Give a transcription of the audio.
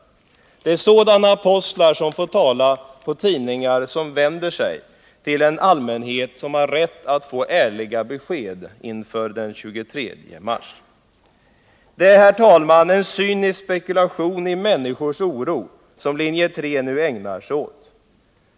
Det är sådana apostlar som får tala i tidningar som vänder sig till en allmänhet som har rätt att få ärliga besked inför den 23 mars. Det är, herr talman, en cynisk spekulation i människors oro som linje 3 nu ägnar sig åt.